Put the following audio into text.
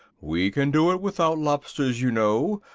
we can do it without lobsters, you know.